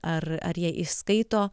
ar ar jie išskaito